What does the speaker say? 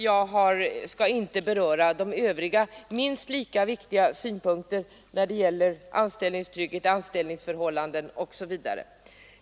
Jag skall inte beröra de övriga, minst lika viktiga synpunkterna när det gäller anställningstrygghet, anställningsförhållanden osv.